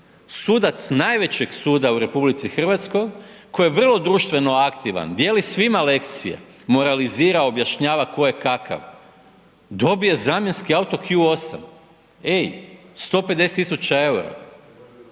Sudac najvećeg suda u RH koji je vrlo društveno aktivan, dijeli svima lekcije, moralizira, objašnjava tko je kakav, dobije zamjenski auto Q8, ej, 150.000 eura.